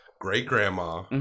great-grandma